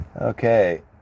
Okay